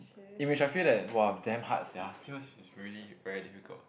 in which I feel that !wah! damn hard sia sales is really very difficult